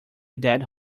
dead